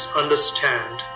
understand